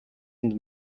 not